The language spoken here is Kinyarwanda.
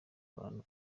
abantu